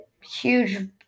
huge